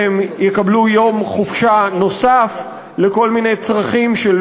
והם יקבלו יום חופשה נוסף לכל מיני צרכים של